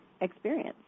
experience